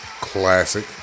Classic